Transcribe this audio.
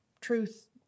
truth